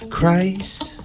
Christ